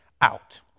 out